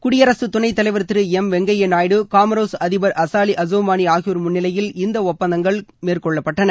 குடியரசுத் துணைத் தலைவர் திரு எம் வெங்கையா நாயுடு காமோரோஸ் அதிபர் அசாலி அசவ்மானி ஆகியோர் முன்னிலையில் இந்த ஒப்பந்தங்கள் மேற்கொள்ளப்பட்டன